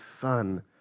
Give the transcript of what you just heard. Son